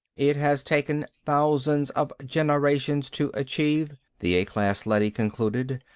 it has taken thousands of generations to achieve, the a-class leady concluded.